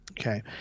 Okay